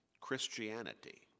Christianity